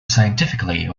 scientifically